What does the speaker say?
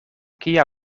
kia